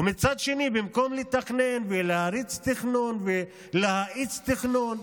ומצד שני, במקום לתכנן ולהריץ תכנון ולהאיץ תכנון